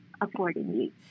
accordingly